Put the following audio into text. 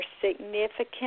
significant